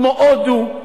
כמו הודו,